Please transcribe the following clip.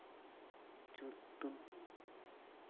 ᱪᱳᱫᱫᱳ